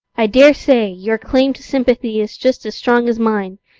i dare say your claim to sympathy is just as strong as mine.